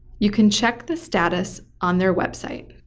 you can check the status on their website.